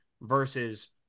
versus